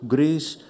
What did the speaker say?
Greece